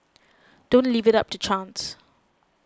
don't leave it up to chance